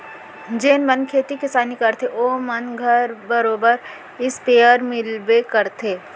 जेन मन खेती किसानी करथे ओ मन घर बरोबर इस्पेयर मिलबे करथे